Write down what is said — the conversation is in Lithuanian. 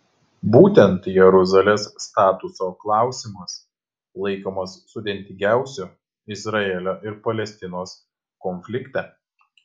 būtent jeruzalės statuso klausimas laikomas sudėtingiausiu izraelio ir palestinos konflikte